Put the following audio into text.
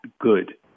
good